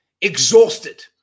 exhausted